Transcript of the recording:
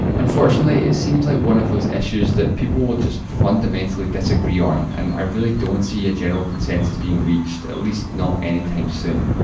unfortunately, it seems like one of those issues that people will just fundamentally disagree on, and i really don't see a general consensus being reached, at least not any time soon.